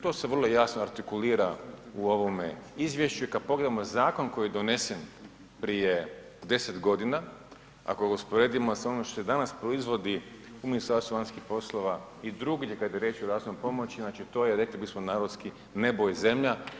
To se vrlo jasno artikulira u ovome izvješću i kada pogledamo zakon koji je donesen prije deset godina, ako ga usporedimo s onim što danas proizvodi u Ministarstvu vanjskih poslova i drugdje kada je riječ o razvojnoj pomoći, to je rekli bismo narodski nebo i zemlja.